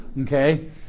Okay